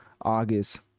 August